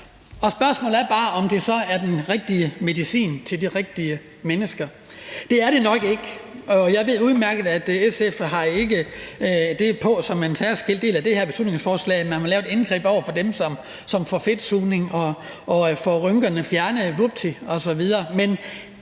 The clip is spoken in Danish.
Spørgsmålet er bare, om det så er den rigtige medicin til de rigtige mennesker. Det er det nok ikke. Og jeg ved udmærket, at SF ikke har det på som en særskilt del af det her beslutningsforslag, altså at man vil lave et indgreb over for dem, som får fedtsugning og får rynkerne fjernet, vupti, osv.